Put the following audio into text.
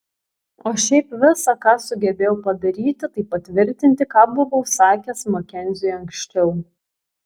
o šiaip visa ką sugebėjau padaryti tai patvirtinti ką buvau sakęs makenziui anksčiau